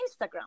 Instagram